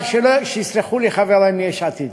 אבל שיסלחו לי חברי מיש עתיד,